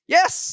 Yes